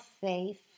faith